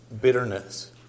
Bitterness